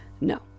no